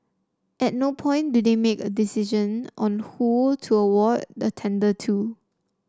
at no point do they make a decision on who to award the tender to